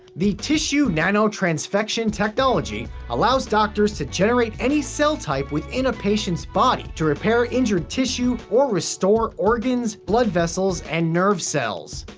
the tissue nanotransfection technology allows doctors to generate any cell type within a patient's body to repair injured tissue or restore organs, blood vessels and nerve cells.